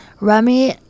Remy